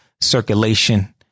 circulation